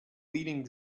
leading